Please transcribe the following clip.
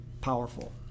powerful